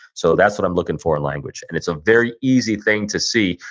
so, that's what i'm looking for in language, and it's a very easy thing to see.